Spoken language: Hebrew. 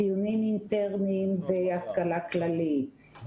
ציונים אינטרניים בהשכלה כללית,